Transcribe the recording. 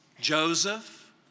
Joseph